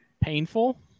painful